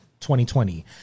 2020